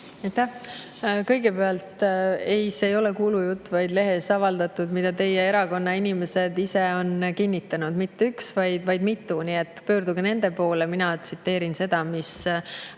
Kõigepealt: ei, see ei ole kuulujutt, vaid lehes avaldatud, mida teie erakonna inimesed ise on kinnitanud. Ja mitte üks neist, vaid mitu. Pöörduge nende poole. Mina tsiteerin seda, mis